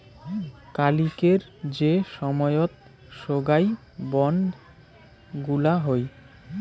কালিকের যে সময়ত সোগায় বন্ড গুলা হই